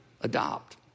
adopt